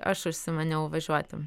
aš užsimaniau važiuoti